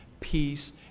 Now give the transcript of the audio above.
peace